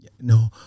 No